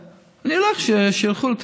שילכו,